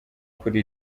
kuri